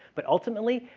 but ultimately,